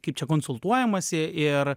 kaip čia konsultuojamasi ir